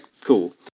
cool